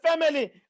family